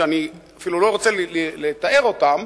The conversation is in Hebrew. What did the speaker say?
שאני אפילו לא רוצה לתאר אותם,